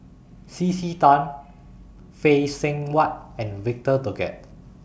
C C Tan Phay Seng Whatt and Victor Doggett